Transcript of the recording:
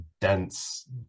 dense